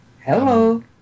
Hello